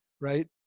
right